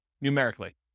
numerically